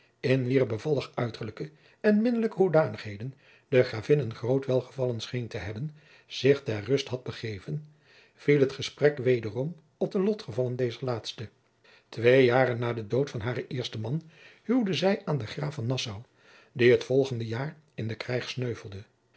in wier bevallig uiterlijke en minnelijke hoedanigheden de gravin een groot welgevallen scheen te hebben zich ter rust had begeven viel het gesprek wederom op de lotgevallen dezer laatste twee jaren na den dood van haren eersten man huwde zij aan den graaf van nassau die het volgende jaar in den krijg sneuvelde